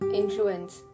influence